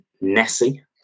Nessie